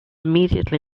immediately